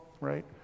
right